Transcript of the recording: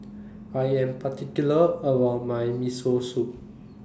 I Am particular about My Miso Soup